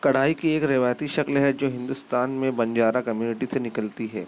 کڑھائی کی ایک روایتی شکل ہے جو ہندوستان میں بنجارا کمیونٹی سے نکلتی ہے